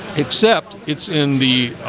except it's in the